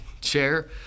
chair